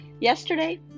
Yesterday